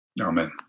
Amen